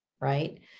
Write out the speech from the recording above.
right